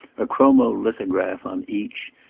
a chromolithograph on each,